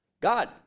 God